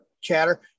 chatter